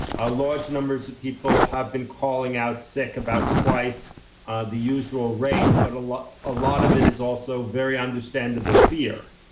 ah large numbers of people have been calling out sick, about twice the usual rate. but a lot ah lot of it is also very understandable fear.